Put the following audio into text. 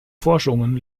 forschungen